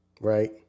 right